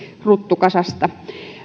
ruttukasasta